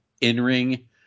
in-ring